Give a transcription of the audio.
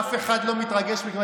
אף אחד לא מתרגש מכם.